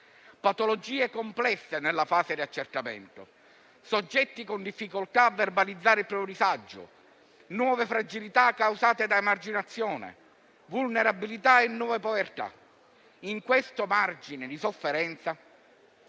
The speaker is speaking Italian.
patologie complesse nella fase di accertamento, soggetti con difficoltà a verbalizzare il proprio disagio, nuove fragilità causate da emarginazione, vulnerabilità e nuove povertà. In questo margine di sofferenza